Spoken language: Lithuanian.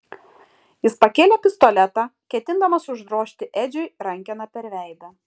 jis pakėlė pistoletą ketindamas uždrožti edžiui rankena per veidą